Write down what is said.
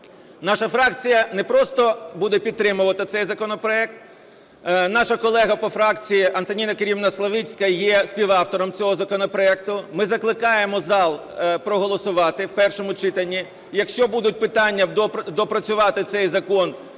Наша фракція не просто буде підтримувати цей законопроект, наша колега по фракції Антоніна Керимівна Славицька є співавтором цього законопроекту. Ми закликаємо зал проголосувати в першому читанні. Якщо будуть питання, доопрацювати цей закон